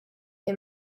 and